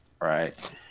Right